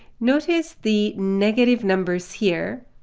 notice the negative numbers here.